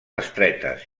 estretes